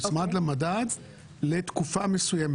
יוצמד למדד לתקופה מסוימת,